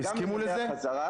הם הסכימו לזה?